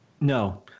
No